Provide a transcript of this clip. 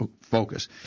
focus